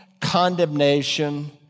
condemnation